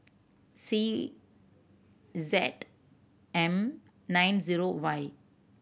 C Z M nine zero Y